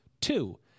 Two